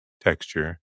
Texture